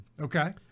Okay